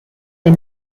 nel